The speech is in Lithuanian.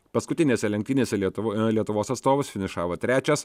paskutinėse lenktynėse lietuvo lietuvos atstovas finišavo trečias